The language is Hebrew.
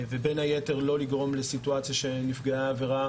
ובין היתר, לא לגרום לסיטואציה שנפגעי העבירה